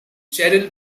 cheryl